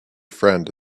friend